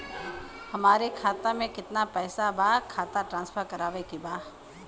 हमारे खाता में कितना पैसा बा खाता ट्रांसफर करावे के बा?